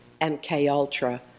MKUltra